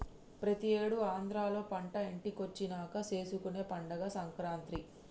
ప్రతి ఏడు ఆంధ్రాలో పంట ఇంటికొచ్చినంక చేసుకునే పండగే సంక్రాంతి